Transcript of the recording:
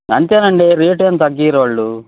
అంతేనండి రేటేం తగ్గీరోళ్ళు